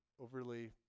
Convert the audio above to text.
overly